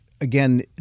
again